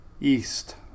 east